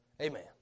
Amen